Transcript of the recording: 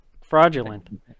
fraudulent